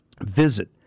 Visit